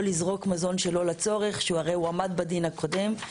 לא לזרוק מזון שלא לצורך שהרי הוא עמד בדין הקודם.